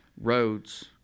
roads